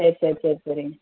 சரி சரி சரி சரிங்க